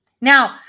Now